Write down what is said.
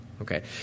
Okay